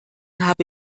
habe